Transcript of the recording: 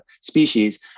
species